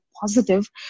positive